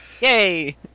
Yay